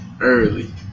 early